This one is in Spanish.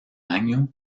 año